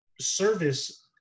Service